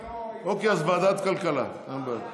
אוקיי, אז ועדת הכלכלה, אין בעיה.